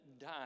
die